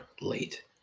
late